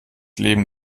leben